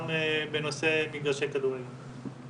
גם בנושא מגרשי כדורגל.